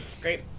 Great